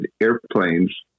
airplanes